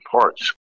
parts